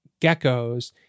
geckos